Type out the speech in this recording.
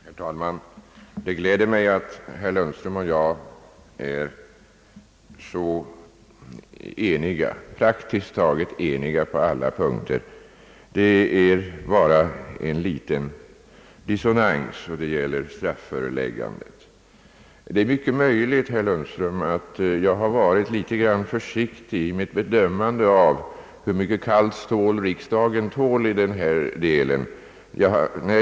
Herr talman! Det gläder mig att herr Lundström och jag är praktiskt taget eniga på alla punkter. Det föreligger bara en liten dissonans, och den gäller strafföreläggandet. Det är mycket möjligt, herr Lundström, att jag har varit något försiktig i min bedömning av hur mycket kallt stål riksdagen tål i denna del.